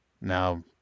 now